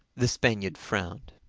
the spaniard frowned.